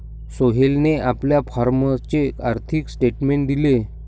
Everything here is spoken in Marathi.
सोहेलने आपल्या फॉर्मचे आर्थिक स्टेटमेंट दिले